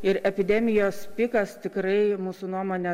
ir epidemijos pikas tikrai mūsų nuomone